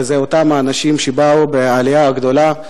אלה אותם אנשים שבאו בעלייה הגדולה,